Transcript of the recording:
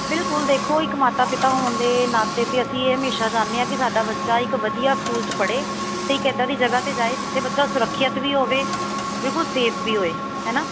ਬਿਲਕੁਲ ਦੇਖੋ ਇੱਕ ਮਾਤਾ ਪਿਤਾ ਹੋਣ ਦੇ ਨਾਤੇ ਤਾਂ ਅਸੀਂ ਇਹ ਹਮੇਸ਼ਾ ਚਾਹੁੰਦੇ ਹਾਂ ਕਿ ਸਾਡਾ ਬੱਚਾ ਇੱਕ ਵਧੀਆ ਸਕੂਲ 'ਚ ਪੜ੍ਹੇ ਅਤੇ ਇੱਕ ਇੱਦਾਂ ਦੀ ਜਗ੍ਹਾ 'ਤੇ ਜਾਏ ਜਿੱਥੇ ਬੱਚਾ ਸੁਰੱਖਿਅਤ ਵੀ ਹੋਵੇ ਵੇਖੋ ਸੇਫ ਵੀ ਹੋਵੇ ਹੈ ਨਾ